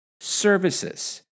services